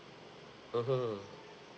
mmhmm